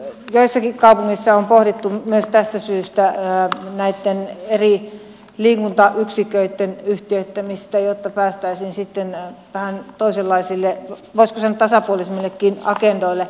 nyt joissakin kaupungeissa on pohdittu myös tästä syystä näitten eri liikuntayksiköitten yhtiöittämistä jotta päästäisiin sitten vähän toisenlaisille voisiko sanoa tasapuolisemmillekin agendoille